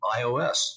iOS